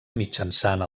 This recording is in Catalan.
mitjançant